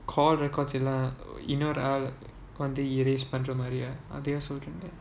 call records எல்லாம் இன்னொரு ஆள் வந்து:ellaam innoru aal vanthu erased பண்ற மாதிரியா அதையா சொல்ரீங்க:panra maathiriyaa athaiyaa solringa